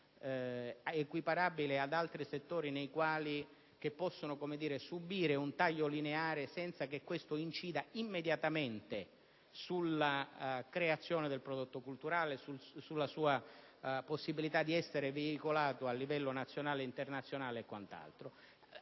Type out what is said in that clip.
equiparabile ad altri settori e non può subire un taglio lineare senza che questo incida immediatamente sulla creazione del prodotto culturale, sulla sua possibilità di essere veicolato a livello nazionale e internazionale e quant'altro.